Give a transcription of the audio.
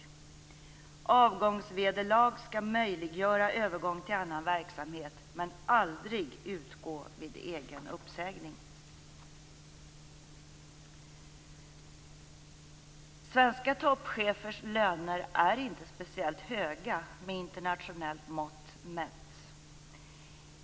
Avgångsvederlag skall möjliggöra övergång till annan verksamhet men aldrig utgå vid egen uppsägning. Svenska toppchefers löner är inte speciellt höga med internationellt mått mätt.